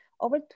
over